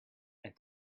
and